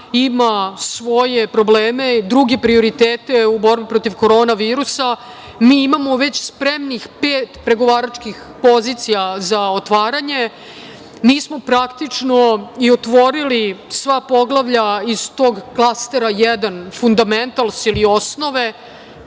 ima svoje probleme, druge prioritete u borbi protiv korona virusa. Mi imamo već spremnih pet pregovaračkih pozicija za otvaranje. Nismo praktično i otvorili sva poglavlja iz tog klastera jedan fundamentals ili osnove,